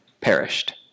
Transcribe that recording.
perished